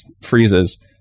freezes